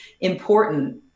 important